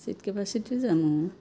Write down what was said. seat capacity জানো